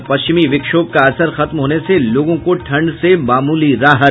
और पश्चिमी विक्षोभ का असर खत्म होने से लोगों को ठंड से मामूली राहत